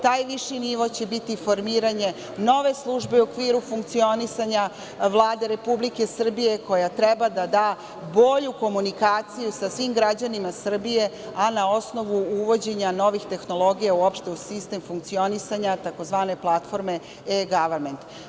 Taj viši nivo će biti formiranje nove službe u okviru funkcionisanja Vlade Republike Srbije, koja treba da da bolju komunikaciju sa svim građanima Srbije, a na osnovu uvođenja novih tehnologija, uopšte, u sistem funkcionisanja tzv. platforme E-gavament.